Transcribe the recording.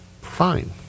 Fine